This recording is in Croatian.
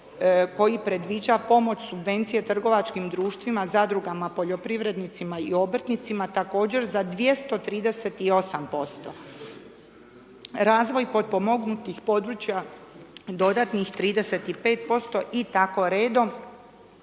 koji predviđa pomoć subvencije trgovačkim društvima, zadruga, poljoprivrednicima i obrtnicima također za 238%. Razvoj potpomognutih područja dodatnih 35% i tako redom